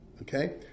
okay